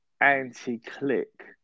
anti-click